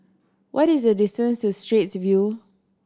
what is the distance to Straits View